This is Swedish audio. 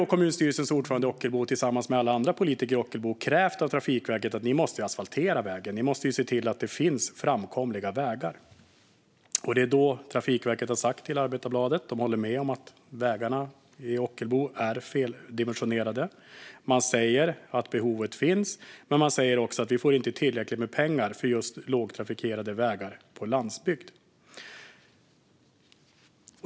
Kommunstyrelsens ordförande i Ockelbo har tillsammans med alla andra politiker i Ockelbo krävt av Trafikverket att de asfalterar vägen, att de ser till att det finns framkomliga vägar. Trafikverket säger då till Arbetarbladet att de håller med om att vägarna i Ockelbo är feldimensionerade. De säger att behovet finns, men de säger också att de inte får tillräckligt med pengar för just lågtrafikerade vägar på landsbygd.